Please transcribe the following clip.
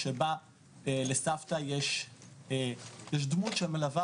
אז יש כאן עשייה גדולה באג'נדה של צמצום הסטיגמה והתוכנית היא חשובה